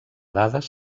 dades